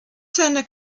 seine